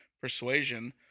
persuasion